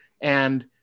And-